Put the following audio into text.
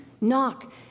knock